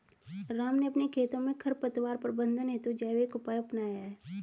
राम ने अपने खेतों में खरपतवार प्रबंधन हेतु जैविक उपाय अपनाया है